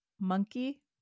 monkey